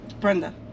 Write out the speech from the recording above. Brenda